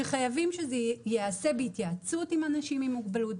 שחייבים שזה ייעשה בהתייעצות עם אנשים עם מוגבלות,